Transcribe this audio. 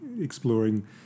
exploring